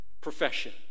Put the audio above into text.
profession